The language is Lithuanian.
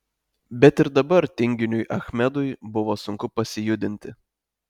bet ir dabar tinginiui achmedui buvo sunku pasijudinti